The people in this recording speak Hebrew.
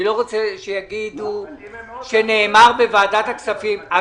אני לא רוצה שיגידו שנאמר בוועדת הכספים --- לא,